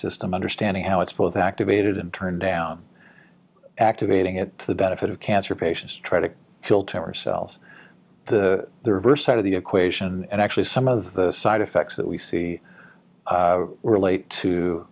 system understanding how it's both activated and turn down activating it the benefit of cancer patients try to kill terror cells the reverse side of the equation and actually some of the side effects that we see relate to